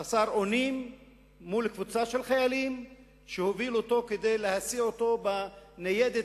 חסר אונים מול קבוצת חיילים שהובילו אותו כדי להסיע אותו בניידת